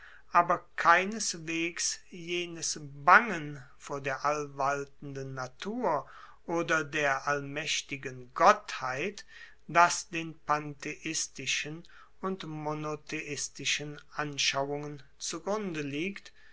aber keineswegs jenes bangen vor der allwaltenden natur oder der allmaechtigen gottheit das den pantheistischen und monotheistischen anschauungen zu grunde liegt